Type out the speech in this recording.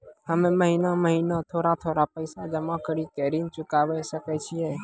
हम्मे महीना महीना थोड़ा थोड़ा पैसा जमा कड़ी के ऋण चुकाबै सकय छियै?